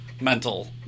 mental